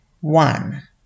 one